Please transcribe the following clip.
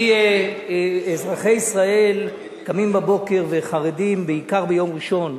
אזרחי ישראל קמים בבוקר וחרדים, בעיקר ביום ראשון,